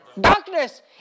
darkness